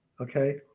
okay